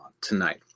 tonight